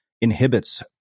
inhibits